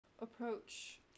approach